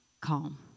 calm